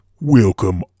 welcome